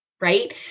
right